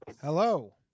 Hello